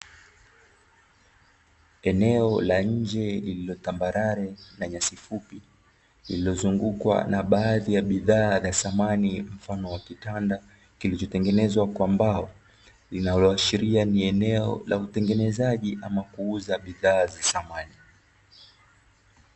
Eneo la nje lililo tambarare na nyasi fupi, lililozungukwa na baadhi ya bidhaa za samani mfano wa kitanda kilichotengenzwa kwa mbao, linaloashiria ni eneo la utengenezaji ama kuuza bidhaa za samani.